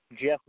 Jeff